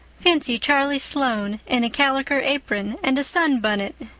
fancy charlie sloane in a caliker apron and a sunbunnit,